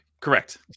correct